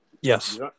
Yes